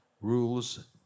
rules